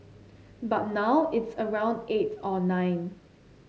but now it's around eight or nine